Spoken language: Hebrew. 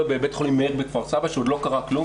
בבית חולים מאיר בכפר סבא שעוד לא קרה כלום,